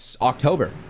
october